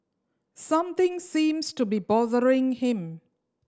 something seems to be bothering him